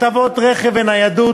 הטבות רכב וניידות,